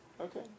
Okay